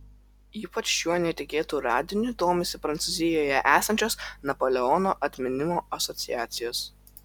ypač šiuo netikėtu radiniu domisi prancūzijoje esančios napoleono atminimo asociacijos